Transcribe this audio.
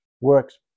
works